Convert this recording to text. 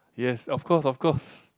yes of course of course